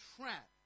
trap